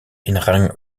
ingang